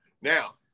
now